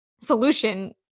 solution